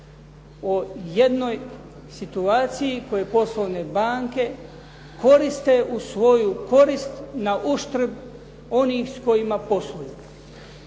o jednoj situaciji koju poslovne banke koriste u svoju korist na uštrb onih s kojima posluju.